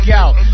out